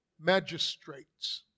magistrates